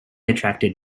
attracted